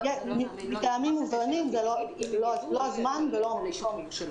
מטעמים מובנים, זה לא הזמן ולא המקום.